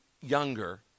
younger